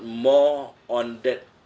more on that